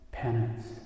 Penance